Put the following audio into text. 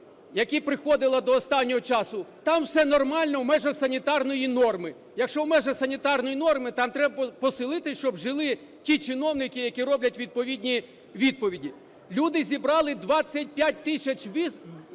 яка приходила до останнього часу: "Там все нормально, в межах санітарної норми". Якщо в межах санітарної норми, там треба поселити, щоб жили ті чиновники, які роблять відповідні відповіді. Люди зібрали 25 тисяч